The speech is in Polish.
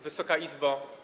Wysoka Izbo!